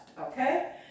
Okay